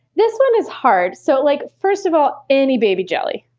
this one is hard. so like first of all, any baby jelly.